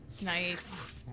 Nice